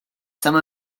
some